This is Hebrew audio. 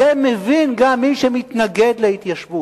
את זה מבין גם מי שמתנגד להתיישבות.